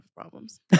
problems